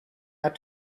out